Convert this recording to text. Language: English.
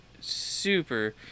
super